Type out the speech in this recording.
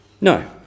no